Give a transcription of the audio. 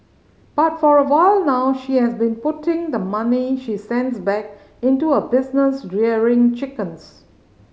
but for a while now she has been putting the money she sends back into a business rearing chickens